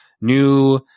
new